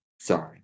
sorry